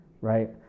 right